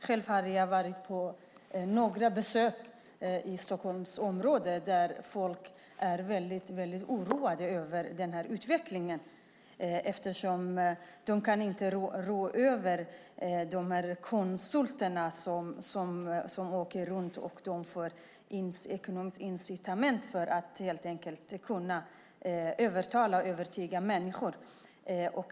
Själv har jag varit på några besök i Stockholmsområdet där folk är väldigt oroade över denna utveckling eftersom de inte kan rå över de konsulter som åker runt och har ekonomiska incitament för att helt enkelt övertala och övertyga människor.